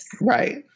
right